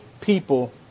people